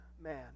man